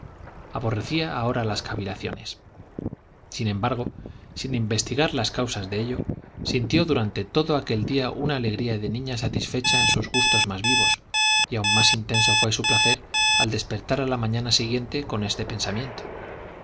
aborrecía ahora las cavilaciones sin embargo sin investigar las causas de ello sintió durante todo aquel día una alegría de niña satisfecha en sus gustos más vivos y aún más intenso fue su placer al despertar a la mañana siguiente con este pensamiento